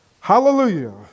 hallelujah